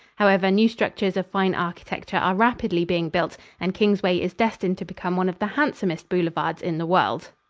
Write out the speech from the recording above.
however, new structures of fine architecture are rapidly being built and kingsway is destined to become one of the handsomest boulevards in the world.